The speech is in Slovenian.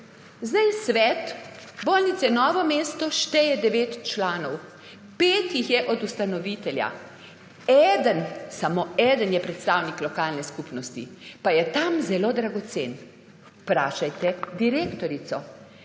Zdaj svet bolnišnice Novo mesto šteje devet članov, pet jih je od ustanovitelja, samo eden je predstavnik lokalne skupnosti, pa je tam zelo dragocen. Vprašajte direktorico.